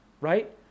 right